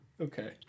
Okay